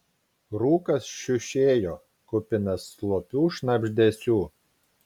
rūkas šiušėjo kupinas slopių šnabždesių